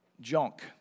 junk